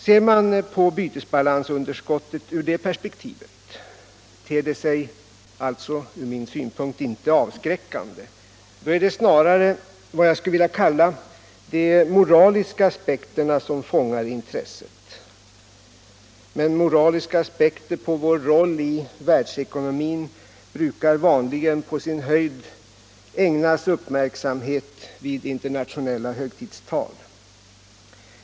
Ser man på bytesbalansunderskottet ur det perspektivet ter det sig enligt min mening inte avskräckande. Då är det snarare vad jag skulle vilja kalla de moraliska aspekterna som fångar intresset. Men moraliska aspekter på vår roll i världsekonomin ägnas vanligen uppmärksamhet på sin höjd i internationella högtidstal.